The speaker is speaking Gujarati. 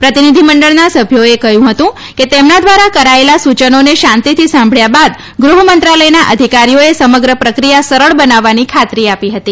પ્રતિનિધિમંડળના સભ્યોએ કહ્યું હતું કે તેમના દ્વારા કરાયેલા સૂચનોને શાંતિથી સાંભબ્યા બાદ ગૃહમંત્રાલયના અધિકારોઓએ સમગ્ર પ્રક્રિયા સરળ બનાવવાની ખાતરી આપી હતી